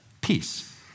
peace